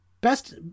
best